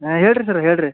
ಹಾಂ ಹೇಳಿರಿ ಸರ ಹೇಳಿರಿ